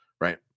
right